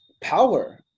power